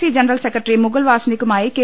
C general secretary Mukul വാസ്നിക്കുമായി K